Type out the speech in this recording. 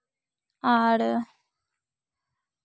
ᱟᱨ